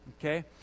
Okay